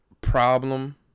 Problem